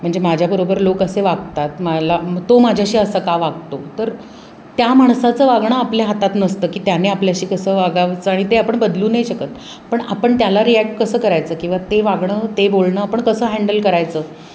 म्हणजे माझ्याबरोबर लोक असे वागतात मला तो माझ्याशी असा का वागतो तर त्या माणसाचं वागणं आपल्या हातात नसतं की त्याने आपल्याशी कसं वागायचं आणि ते आपण बदलू नाही शकत पण आपण त्याला रिॲक्ट कसं करायचं किंवा ते वागणं ते बोलणं आपण कसं हँडल करायचं